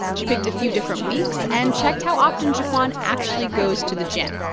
she picked a few different weeks and checked how often gequan actually goes to the gym.